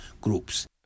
groups